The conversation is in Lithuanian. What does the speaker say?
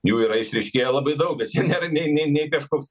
jų yra išryškėję labai daug bet jų nėra nei nei nei kažkoks